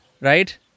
Right